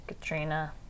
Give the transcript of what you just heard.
Katrina